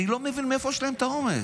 אני לא מבין מאיפה יש להם את האומץ.